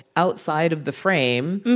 outside of the frame,